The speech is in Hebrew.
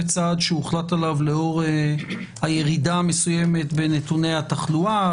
זה צעד שהוחלט עליו לאור הירידה המסוימת בנתוני התחלואה,